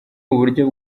uburyo